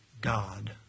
God